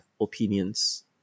opinions